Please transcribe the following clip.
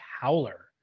howler